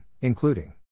including